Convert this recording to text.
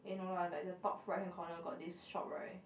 eh no lah like the top right hand corner got this shop right